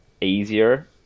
easier